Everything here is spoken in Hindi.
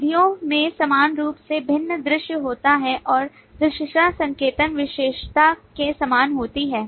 विधियों में समान रूप से भिन्न दृश्य होते हैं और दृश्यता संकेतन विशेषता के समान होती है